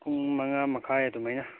ꯄꯨꯡ ꯃꯉꯥ ꯃꯈꯥꯏ ꯑꯗꯨꯃꯥꯏꯅ